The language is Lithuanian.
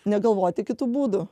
negalvoti kitų būdų